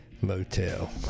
Motel